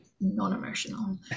non-emotional